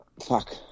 fuck